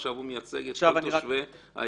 עכשיו הוא מייצג את כל תושבי העיר,